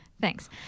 Thanks